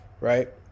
right